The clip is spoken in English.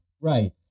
right